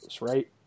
right